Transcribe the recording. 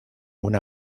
una